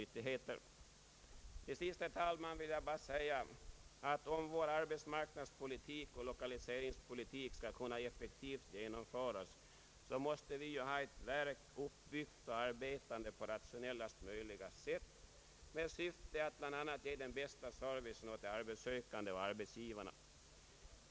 Till sist, herr talman, vill jag bara säga att om vår arbetsmarknadsoch lokaliseringspolitik skall kunna genomföras effektivt, måste vi ha ett verk uppbyggt och arbetande på rationellaste möjliga sätt med syfte att bl.a. ge den bästa servicen åt både arbetssökande och arbetsgivare.